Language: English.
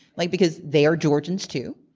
like because they're georgians too.